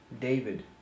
David